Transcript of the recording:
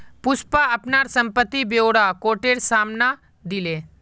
पुष्पा अपनार संपत्ति ब्योरा कोटेर साम न दिले